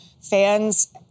fans